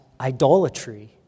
idolatry